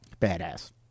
badass